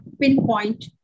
pinpoint